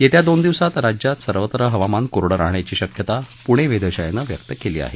येत्या दोन दिवसात राज्यात सर्वत्र हवामान कोरडं राहण्याची शक्यता पुणे वेधशाळेनं व्यक्त केली आहे